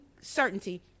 certainty